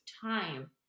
time